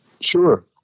Sure